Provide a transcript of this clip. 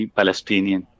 Palestinian